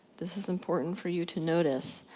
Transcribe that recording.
this is important for you to notice,